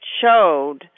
showed